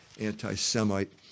anti-Semite